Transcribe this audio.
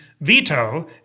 veto